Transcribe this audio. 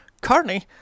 carney